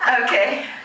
Okay